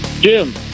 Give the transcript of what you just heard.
Jim